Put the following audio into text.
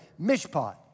mishpat